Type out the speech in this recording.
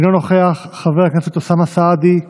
אינו נוכח, חבר הכנסת אוסאמה סעדי,